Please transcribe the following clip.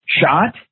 shot